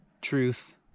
truth